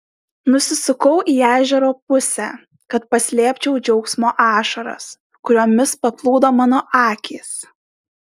nusisukau į ežero pusę kad paslėpčiau džiaugsmo ašaras kuriomis paplūdo mano akys